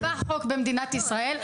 עבר חוק במדינת ישראל,